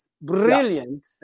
brilliant